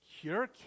cure